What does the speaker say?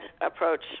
approach